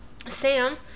Sam